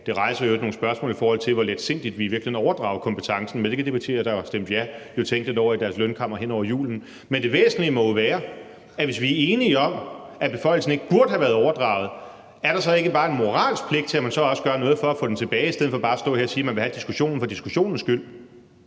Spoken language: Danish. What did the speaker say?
det rejser i øvrigt nogle spørgsmål, i forhold til hvor letsindigt vi i virkeligheden overdrager kompetencen, men det kan de partier, der har stemt ja, jo tænke lidt over i deres lønkammer hen over julen – så må det væsentlige være, at der må være en moralsk pligt til, at man så også gør noget for at få den tilbage i stedet for bare at stå her og sige, at man vil have diskussionen for diskussionens skyld.